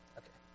okay